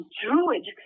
druid